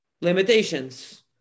limitations